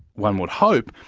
one would hope,